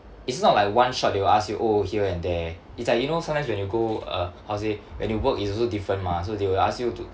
it's not like one shot they will ask you oh here and there it's like you know sometimes when you go uh how to say when you work is also different mah so they will ask you to